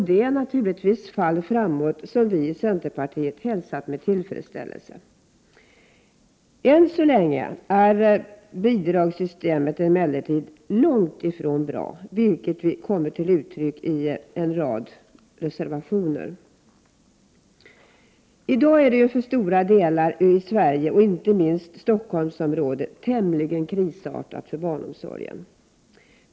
Det är naturligtvis fall framåt, som vi i centerpartiet hälsat med tillfredsställelse. Än så länge är emellertid statsbidragsystemet långt ifrån bra, vilket kommer till uttryck i en rad reservationer. I dag är det för stora delar av Sverige, och inte minst Stockholmsområdet, tämligen krisartat för barnomsorgen.